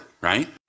right